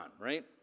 right